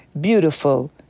beautiful